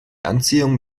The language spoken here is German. anziehung